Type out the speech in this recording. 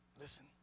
Listen